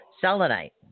selenite